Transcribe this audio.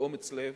באומץ לב.